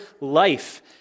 life